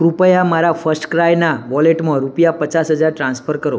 કૃપયા મારા ફર્સ્ટક્રાયના વોલેટમાં રૂપિયા પચાસ હજાર ટ્રાન્સફર કરો